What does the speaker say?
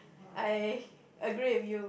I agree with you